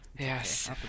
Yes